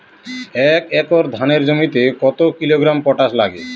এক একর ধানের জমিতে কত কিলোগ্রাম পটাশ লাগে?